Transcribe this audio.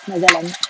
nak jalan